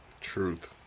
Truth